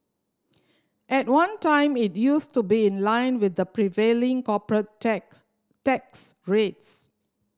at one time it used to be in line with the prevailing corporate tech tax rates